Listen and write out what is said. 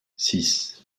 six